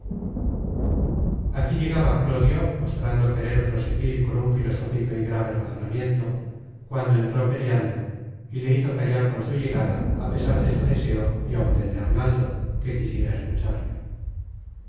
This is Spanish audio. aquí llegaba clodio mostrando querer proseguir con un filosófico y grave razonamiento cuando entró periandro y le hizo callar con su llegada a pesar de su deseo y áun del de arnaldo que quisiera escucharle